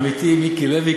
עמיתי מיקי לוי,